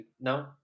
No